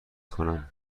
کنم